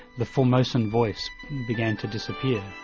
the formosan voice began to disappear.